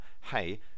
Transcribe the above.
Hey